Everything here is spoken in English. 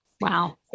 Wow